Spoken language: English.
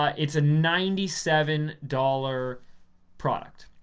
ah its a ninety seven dollar product